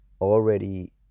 already